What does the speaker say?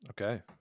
Okay